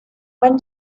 when